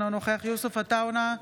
אינו נוכח יוסף עטאונה,